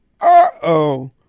uh-oh